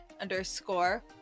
underscore